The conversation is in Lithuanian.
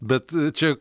bet čia